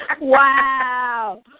Wow